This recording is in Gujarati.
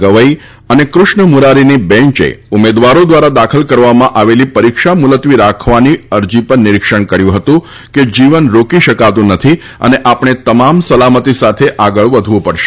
ગવાઇ અને કૃષ્ણ મુરારીની બેન્ચે ઉમેદવારો દ્વારા દાખલ કરવામાં આવેલી પરીક્ષા મુલતવી રાખવાની અરજી પર નિરીક્ષણ કર્યું હતું કે જીવન રોકી શકાતું નથી અને આપણે તમામ સલામતી સાથે આગળ વધવું પડશે